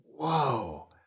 whoa